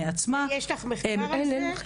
יש מחקר על זה?